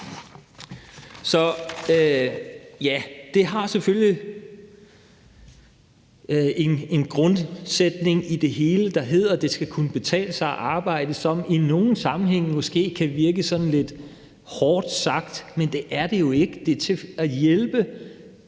Så ja, det har selvfølgelig den grundsætning i det hele, der hedder, at det skal kunne betale sig at arbejde, som i nogle sammenhænge måske kan virke sådan lidt hårdt sagt, men det er det jo ikke. Det er til for at hjælpe